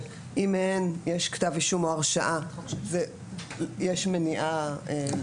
שאם יש לגביהן כתב אישום או הרשעה יש מניעה לעסוק,